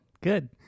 good